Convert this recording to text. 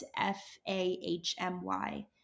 F-A-H-M-Y